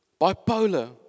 Bipolar